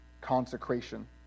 consecration